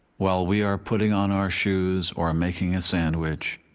while we are putting on our shoes or making a sandwich,